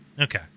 Okay